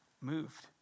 moved